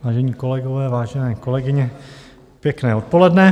Vážené kolegyně, vážení kolegové, pěkné odpoledne.